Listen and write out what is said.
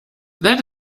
that